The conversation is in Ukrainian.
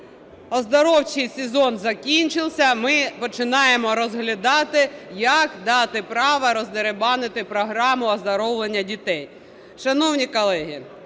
Оздоровчий сезон закінчився, ми починаємо розглядати, як дати право роздерибанити програму оздоровлення дітей. Шановні колеги,